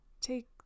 Take